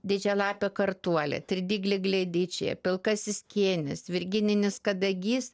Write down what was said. didžialapė kartuolė tridiglė gledičija pilkasis kėnis virgininis kadagys